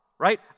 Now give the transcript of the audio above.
Right